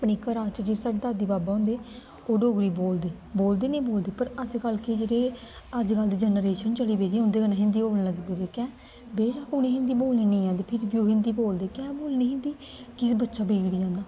अपने घरा च जेह्ड़े साढ़े दादी बाबा होंदे ओह् डोगरी बोलदे बोलदे निं बोलदे पर अजकल्ल केह् जेह्ड़े अजकल्ल दी जनरेशन चली पेदी उं'दे कन्नै हिन्दी बोलन लगी पेदे कैं बेशक्क उ'नें हिन्दी बोलनी नेईं औंदी फिर बी ओह् हिन्दी बोलदे कैं बोलनी हिन्दी की जे बच्चा बिगड़ी जंदा